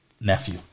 nephew